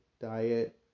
diet